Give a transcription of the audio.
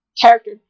character